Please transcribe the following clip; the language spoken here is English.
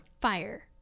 fire